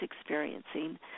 experiencing